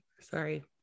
Sorry